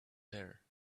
there